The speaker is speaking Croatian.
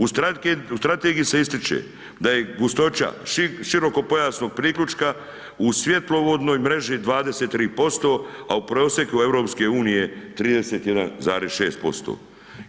U strategiji se ističe da je gustoća širokopojasnog priključka u svjetlovodnoj mreži 23%, a u prosjeku EU 31,6%